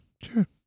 Sure